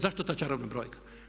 Zašto ta čarobna brojka?